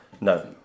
No